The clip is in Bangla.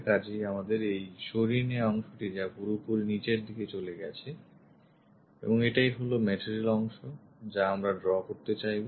কাজেই আমাদের এই সরিয়ে নেওয়া অংশটি যা নাকি পুরোপুরি নিচের দিকে চলে গেছে এবং এটাই হলো মেটেরিয়াল অংশ যা আমরা ড্র করতে চাইবো